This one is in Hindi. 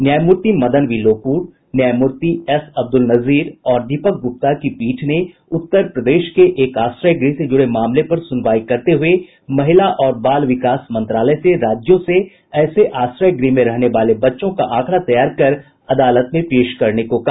न्यायमूर्ति मदन बी लोकुर न्यायमूर्ति एस अब्दुल नजीर और दीपक गुप्ता की क पीठ ने उत्तर प्रदेश के एक आश्रय गृह से जुड़े मामले पर सुनवाई करते हुए महिला और बाल विकास मंत्रालय से राज्यों से ऐसे आश्रय गृह में रहने वाले बच्चों का आंकड़ा तैयार कर अदालत में पेश करने को कहा